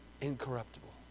incorruptible